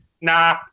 nah